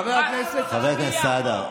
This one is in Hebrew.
חבר הכנסת סעדה,